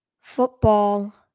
football